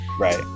right